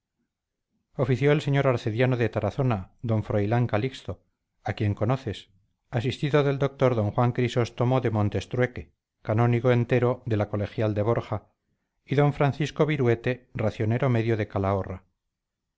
el señor arcediano de tarazona d froilán calixto a quien conoces asistido del doctor d juan crisóstomo de montestrueque canónigo entero de la colegial de borja y d francisco viruete racionero medio de calahorra